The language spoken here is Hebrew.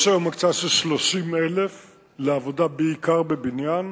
יש היום הקצאה של 30,000 לעבודה בעיקר בבניין.